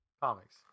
comics